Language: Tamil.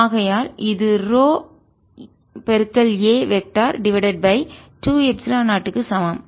ஆகையால் இது rho a vector divided by 2 epsilon 0 க்கு சமம்